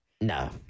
no